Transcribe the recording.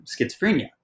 schizophrenia